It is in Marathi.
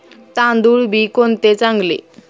तांदूळ बी कोणते चांगले?